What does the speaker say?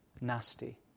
nasty